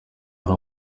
hari